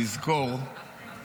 לזכור שגם